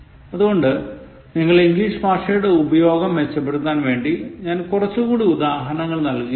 അതുകൊണ്ട് നിങ്ങളുടെ ഇംഗ്ലീഷ് ഭാഷയുടെ ഉപയോഗം മെച്ചപ്പെടുത്താൻ വേണ്ടി ഞാൻ കുറച്ചുകൂടി ഉദാഹരണങ്ങൾ നൽകുകയാണ്